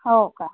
हो का